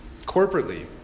Corporately